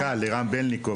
למנכ"ל רם בלינקוב.